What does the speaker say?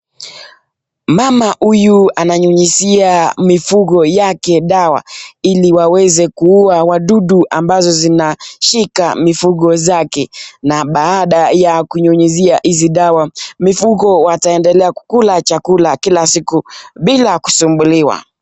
Mama huyu ananyunyizia mifugo yake dawa ili waweze kuua wadudu ambazo zinashika mifugo zake na baada ya kunyunyizia hizi dawa , mifugo wataendelea kukula chakula kila siku bila kusumbuliwa .